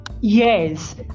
Yes